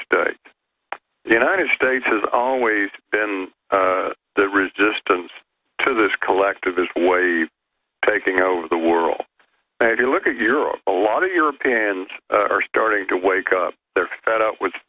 states the united states has always been the resistance to this collectivist wave taking over the world if you look at europe a lot of europe and are starting to wake up they're fed up with